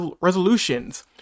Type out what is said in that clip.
resolutions